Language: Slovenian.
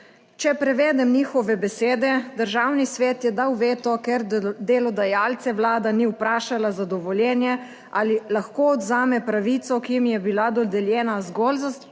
Če prevedem njihove besede: Državni svet je dal veto, ker delodajalce vlada ni vprašala za dovoljenje, ali lahko odvzame pravico, ki jim je bila dodeljena zgolj za začasno